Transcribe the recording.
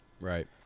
Right